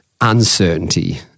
uncertainty